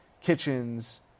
kitchens